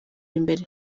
imbere